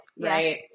Right